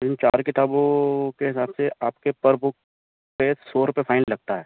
ہوں چار کتابوں کے حساب سے آپ کے پر بک کے سو روپئے فائن لگتا ہے